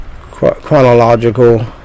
chronological